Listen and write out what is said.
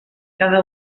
cada